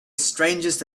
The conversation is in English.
strangest